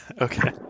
Okay